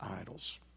idols